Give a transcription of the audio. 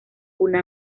una